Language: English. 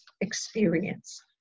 experience